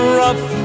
rough